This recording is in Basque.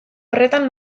horretan